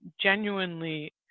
genuinely